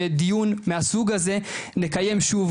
שדיון מהסוג הזה נקיים שוב,